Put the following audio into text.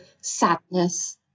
sadness